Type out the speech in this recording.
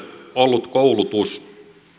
ollut koulutus